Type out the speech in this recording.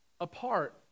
apart